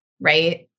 right